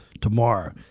tomorrow